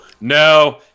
no